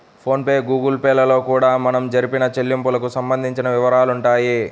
phone pay Google Pay లలో కూడా మనం జరిపిన చెల్లింపులకు సంబంధించిన వివరాలుంటాయి